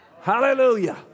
Hallelujah